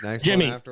Jimmy